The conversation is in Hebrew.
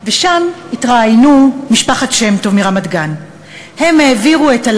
ושם התראיינו בני משפחת שם-טוב מרמת-גן.